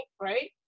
right